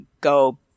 go